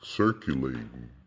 circulating